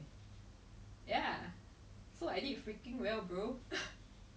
my brother doesn't do well in school he's already what twenty seven